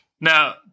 Now